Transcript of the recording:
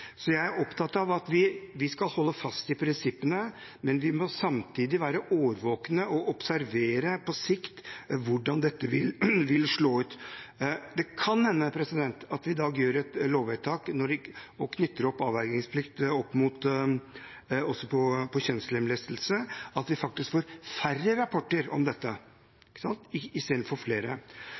Jeg er opptatt av at vi skal holde fast på prinsippene, men vi må samtidig være årvåkne og observere på sikt hvordan dette vil slå ut. Det kan hende at når vi i dag gjør et lovvedtak og knytter avvergingsplikt også opp mot kjønnslemlestelse, at vi faktisk får færre rapporter om dette, i stedet for flere. Det betyr ikke at jeg er uenig i